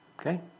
okay